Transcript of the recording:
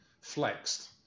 flexed